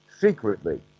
secretly